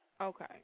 Okay